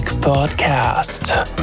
podcast